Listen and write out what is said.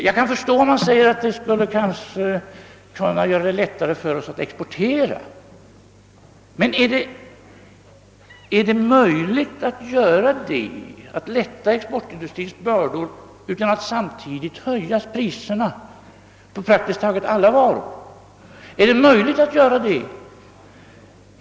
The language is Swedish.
Jag kan förstå honom om han säger att den skulle kunna göra det lättare för oss att exportera, men är det möjligt att lätta exportindustrins bördor utan att samtidigt höja priserna på praktiskt taget alla varor? Är det möjligt att göra det?